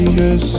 yes